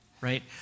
right